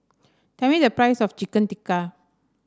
tell me the price of Chicken Tikka